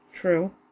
True